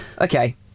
Okay